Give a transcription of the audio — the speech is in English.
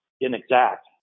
inexact